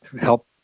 help